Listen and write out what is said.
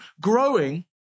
growing